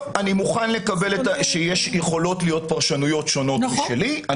אני מוכן לקבל שיכולות להיות פרשנויות שונות משלי.